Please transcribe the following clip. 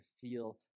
feel